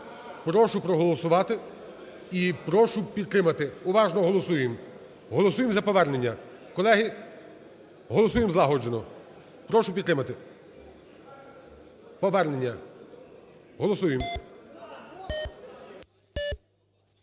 Прошу проголосувати і прошу підтримати, уважно голосуємо, голосуємо за повернення. Колеги, голосуємо злагоджено. Прошу підтримати, повернення. Голосуємо.